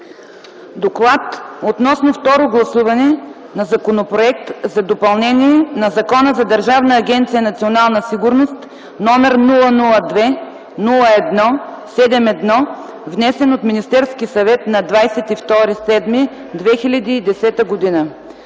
„Доклад относно второ гласуване на Законопроект за допълнение на Закона за Държавна агенция „Национална сигурност”, № 002-01 71, внесен от Министерския съвет на 22.07.2010 г.